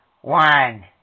one